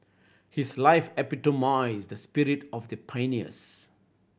his life epitomised the spirit of the pioneers